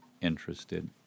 interested